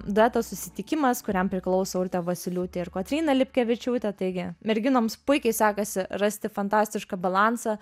dueto susitikimas kuriam priklauso urtė vasiliūtė ir kotryna lipkevičiūtė taigi merginoms puikiai sekasi rasti fantastišką balansą